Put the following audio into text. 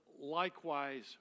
likewise